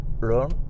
learn